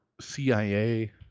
CIA